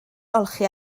olchi